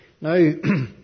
Now